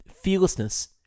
Fearlessness